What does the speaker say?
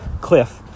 cliff